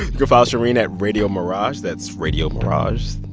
go follow shereen at radiomirage. that's radiomirage.